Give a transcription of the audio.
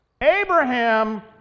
Abraham